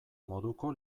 moduko